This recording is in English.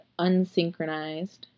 unsynchronized